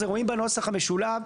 זה רואים בנוסח המשולב.